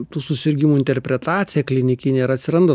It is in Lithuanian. tų susirgimų interpretacija klinikinė ir atsiranda